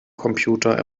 computer